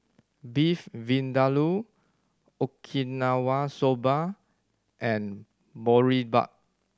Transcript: Beef Vindaloo Okinawa Soba and Boribap